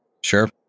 Sure